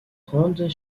rendent